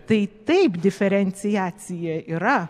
tai taip diferenciacija yra